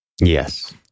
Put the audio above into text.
Yes